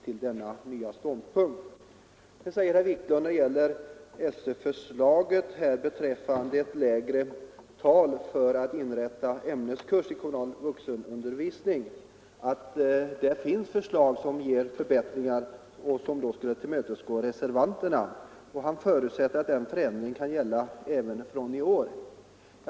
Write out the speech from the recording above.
Herr Wiklund talade om SÖ-förslaget beträffande ett lägre tal för att inrätta ämneskurser i kommunal vuxenutbildning vilket skulle innebära förbättringar och därmed tillmötesgå reservanterna. Han förutsatte att den förändringen kunde komma att gälla redan i år.